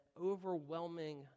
overwhelming